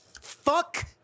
fuck